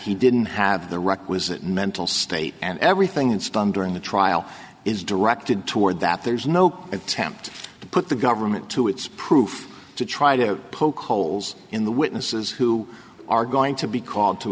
he didn't have the requisite mental state and everything it's done during the trial is directed toward that there's no attempt to put the government to its proof to try to poke holes in the witnesses who are going to be called to